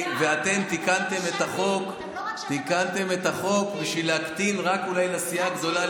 ואתם תיקנתם את החוק בשביל להקטין רק אולי לסיעה הגדולה,